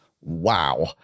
Wow